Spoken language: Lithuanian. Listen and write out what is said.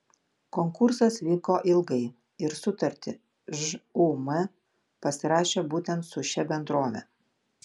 konkursas vyko ilgai ir sutartį žūm pasirašė būtent su šia bendrove